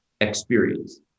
Experience